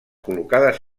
col·locades